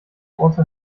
also